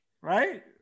right